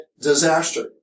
disaster